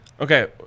Okay